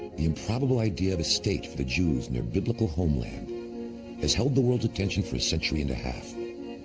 the improbable idea of a state for the jews in their biblical homeland has held the world's attention for a century and a half.